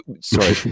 Sorry